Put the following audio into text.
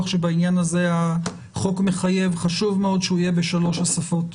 שבעניין הזה החוק מחייב תהיה בשלוש השפות.